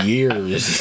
Years